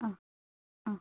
ആ ആ